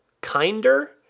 kinder